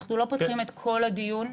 אנחנו לא פותחים את כל הדיון,